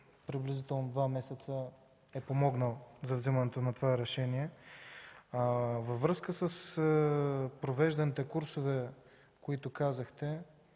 приблизително два месеца, е помогнал за вземането на това решение. Във връзка с провежданите курсове, за които казахте